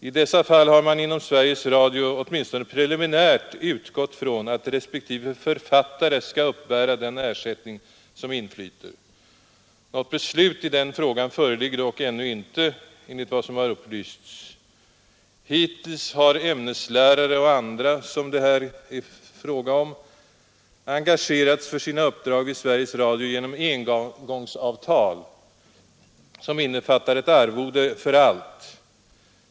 I dessa fall har man inom Sveriges Radio åtminstone preliminärt utgått från att respektive författare skall uppbära den ersättning som inflyter. Något beslut i den frågan föreligger dock ännu inte enligt vad som har upplysts. Hittills har ämneslärare och andra som det här är fråga om engagerats för sina uppdrag vid Sveriges Radio genom engångsavtal som innefattar ett arvode ett för allt.